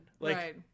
Right